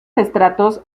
estratos